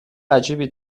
عجیبی